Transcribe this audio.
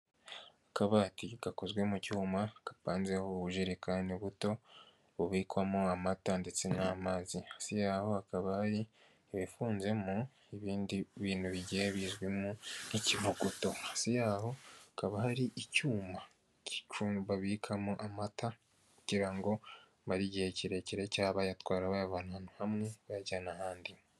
Akabati gakozwe mu cyuma kapanzeho ubujerekani buto bubikwamo amata ndetse n'amazi se yaho akaba ari ibifunzemo ibindi bintu bigiye bizwimo nk'ikivuguto hasi yaho hakaba hari icyuma k'icu babikamo amata kugira ngo amare igihe kirekire cyangwa bayatwara bayavana ahantu hamwe bayajyana ahandi.